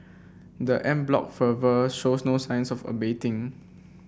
the en bloc fervour shows no signs of abating